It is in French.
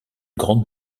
grande